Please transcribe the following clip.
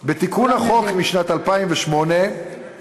בתיקון החוק משנת 2008 נקבעו,